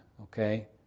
okay